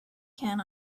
can